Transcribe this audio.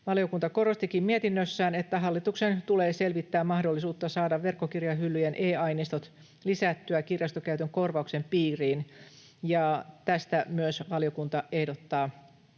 Valiokunta korostikin mietinnössään, että hallituksen tulee selvittää mahdollisuutta saada verkkokirjahyllyjen e-aineistot lisättyä kirjastokäytön korvauksen piiriin, ja myös tästä valiokunta ehdottaa